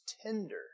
tender